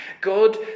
God